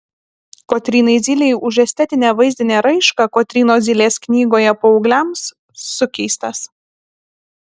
kotrynai zylei už estetinę vaizdinę raišką kotrynos zylės knygoje paaugliams sukeistas